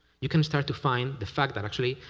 you can start to find the fact, but actually,